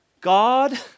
God